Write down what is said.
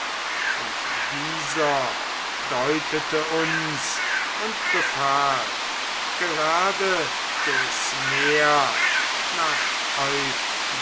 und dieser deutete uns und befahl gerade durchs meer nach